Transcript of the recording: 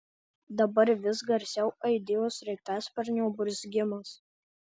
dabar vis garsiau aidėjo sraigtasparnio burzgimas